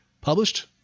published